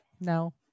No